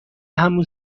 همون